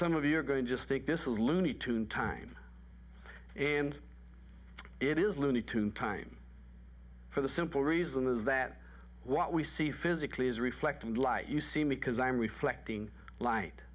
some of you are going just think this is loony tune time and it is loony tune time for the simple reason is that what we see physically is reflected light you see me because i am reflecting light